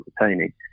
entertaining